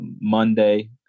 Monday